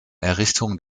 errichtung